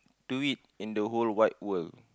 to eat in the whole wide world